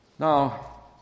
Now